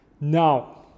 Now